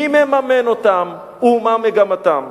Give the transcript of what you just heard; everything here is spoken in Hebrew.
מי מממן אותן ומה מגמתן.